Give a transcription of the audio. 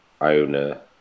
owner